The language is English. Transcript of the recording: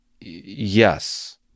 yes